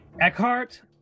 Eckhart